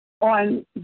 on